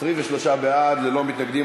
23 בעד, ללא מתנגדים.